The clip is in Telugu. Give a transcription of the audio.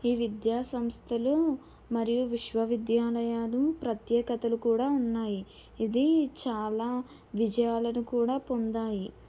ఈ విద్యాసంస్థలు మరియు విశ్వవిద్యాలయాలు ప్రత్యేకతలు కూడా ఉన్నాయి ఇది చాలా విజయాలను కూడా పొందాయి